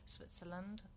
Switzerland